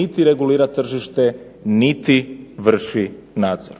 niti regulira tržište niti vrši nadzor.